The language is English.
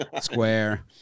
square